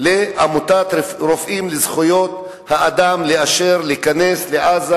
ולעמותת "רופאים לזכויות אדם" לאשר להיכנס לעזה